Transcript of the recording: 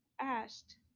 asked